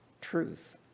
truth